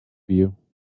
you